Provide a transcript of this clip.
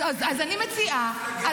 אז אני מציעה: